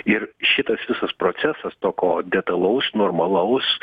ir šitas visas procesas to ko detalaus normalaus